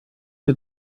dir